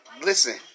Listen